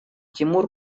тимур